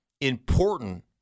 important